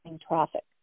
traffic